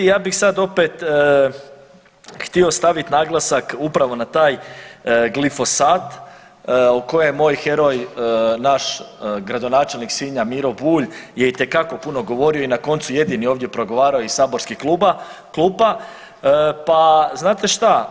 I ja bih sad opet htio staviti naglasak upravo na taj glifosat o kojem moj heroj, naš gradonačelnik Sinja Miro Bulj je itekako puno govorio i na koncu jedini ovdje progovarao iz saborskih kluba, klupa, pa znate šta